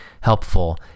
helpful